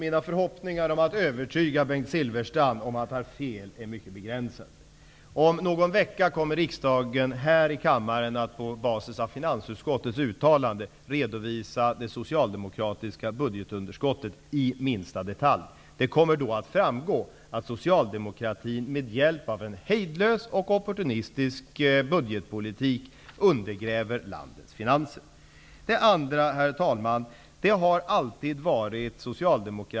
Mina förhoppningar om att övertyga Bengt Silfverstrand om att han har fel är mycket begränsade. Det kommer då att framgå att socialdemokratin med hjälp av en hejdlös och opportunistisk budgetpolitik undergräver landets finanser.